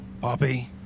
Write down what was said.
Poppy